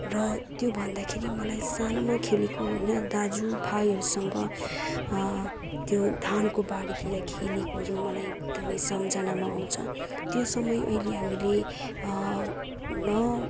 र त्यो भन्दाखेरि मलाई सानोमा खेलेको होइन दाजु भाइहरूसँग त्यो धानको बारीतिर खेलेकोहरू मलाई एकदमै सम्झनामा आउँछ त्यो समय अहिले हामीले न